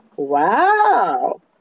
Wow